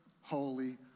holy